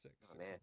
six